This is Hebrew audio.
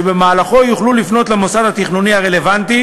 שבמהלכו יוכלו לפנות למוסד התכנוני הרלוונטי